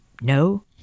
No